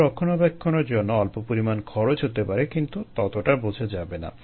হয়তো রক্ষণাবেক্ষণের জন্য অল্প পরিমাণ খরচ হতে পারে কিন্তু এটা ততোটা বোঝা যাবে না